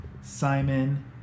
Simon